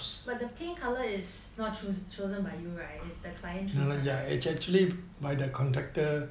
but the paint colour is not choose chosen is the client choose right actually by their contactor